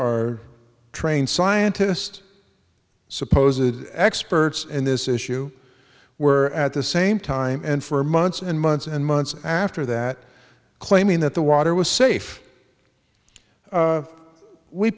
are trained scientist supposedly experts in this issue were at the same time and for months and months and months after that claiming that the water was safe